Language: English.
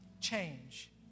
Change